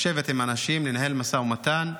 לשבת עם אנשים, לנהל משא ומתן,